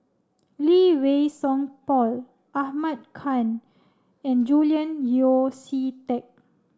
Lee Wei Song Paul Ahmad Khan and Julian Yeo See Teck